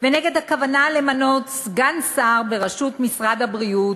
ונגד הכוונה למנות סגן שר בראשות משרד הבריאות,